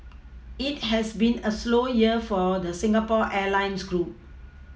it has been a slow year for a the Singapore Airlines group